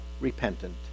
repentant